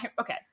okay